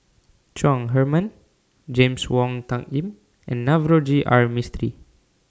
Chong Heman James Wong Tuck Yim and Navroji R Mistri